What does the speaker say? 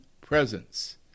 presence